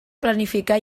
planificar